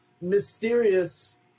mysterious